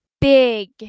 big